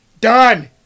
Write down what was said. Done